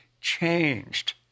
changed